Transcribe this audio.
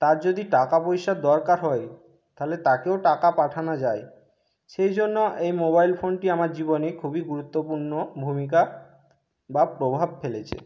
তার যদি টাকা পয়সার দরকার হয় তাহলে তাকেও টাকা পাঠানো যায় সেই জন্য এই মোবাইল ফোনটি আমার জীবনে খুবই গুরুত্বপূর্ণ ভূমিকা বা প্রভাব ফেলেছে